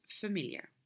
familiar